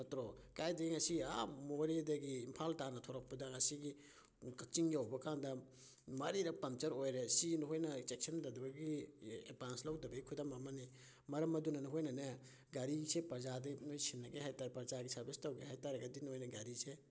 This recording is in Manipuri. ꯅꯠꯇ꯭ꯔꯣ ꯀꯥꯏꯗꯩ ꯉꯁꯤ ꯑꯥ ꯃꯣꯔꯦꯗꯒꯤ ꯏꯝꯐꯥꯜ ꯇꯥꯟꯅ ꯊꯧꯔꯛꯄꯗ ꯉꯁꯤꯒꯤ ꯀꯛꯆꯤꯡ ꯌꯧꯕ ꯀꯥꯟꯗ ꯃꯔꯤꯔꯛ ꯄꯝꯆꯔ ꯑꯣꯏꯔꯦ ꯁꯤ ꯅꯈꯣꯏꯅ ꯆꯦꯛꯁꯤꯟꯗꯕꯗꯒꯤ ꯑꯦꯠꯚꯥꯟꯁ ꯂꯧꯗꯕꯒꯤ ꯈꯨꯗꯝ ꯑꯃꯅꯤ ꯃꯔꯝ ꯑꯗꯨꯅ ꯅꯈꯣꯏꯅꯅꯦ ꯒꯥꯔꯤꯁꯦ ꯄ꯭ꯔꯖꯥꯗ ꯅꯣꯏ ꯁꯤꯟꯅꯒꯦ ꯍꯥꯏ ꯇꯥꯔꯗꯤ ꯄ꯭ꯔꯖꯥꯒꯤ ꯁꯥꯔꯚꯤꯁ ꯇꯧꯒꯦ ꯍꯥꯏꯇꯥꯔꯒꯗꯤ ꯅꯣꯏꯅ ꯒꯥꯔꯤꯁꯦ